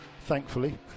thankfully